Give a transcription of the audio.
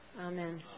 Amen